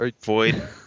Void